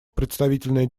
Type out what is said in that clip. представительная